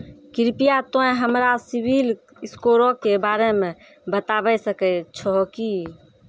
कृपया तोंय हमरा सिविल स्कोरो के बारे मे बताबै सकै छहो कि?